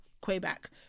Quebec